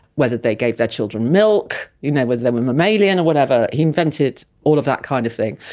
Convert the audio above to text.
whether they gave their children milk, you know whether they were mammalian or whatever, he invented all of that kind of thing.